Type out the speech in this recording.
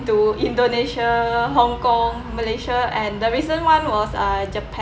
to indonesia hong kong malaysia and the recent one was uh japan